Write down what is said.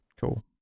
cool